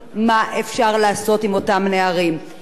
בפנימייה הזאת הוא משלים בגרות מלאה,